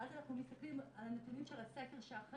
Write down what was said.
ואז אנחנו מסתכלים על הנתונים של הסקר שאחרי,